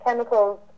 Chemicals